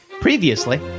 Previously